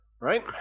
right